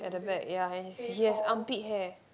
at the back and he's he has armpit hair